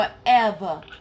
forever